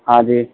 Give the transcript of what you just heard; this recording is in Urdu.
ہاں جی